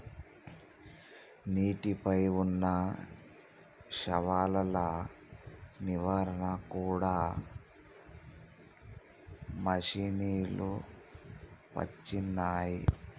నీటి పై వున్నా శైవలాల నివారణ కూడా మషిణీలు వచ్చినాయి